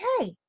okay